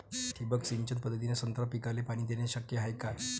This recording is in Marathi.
ठिबक सिंचन पद्धतीने संत्रा पिकाले पाणी देणे शक्य हाये का?